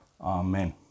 amen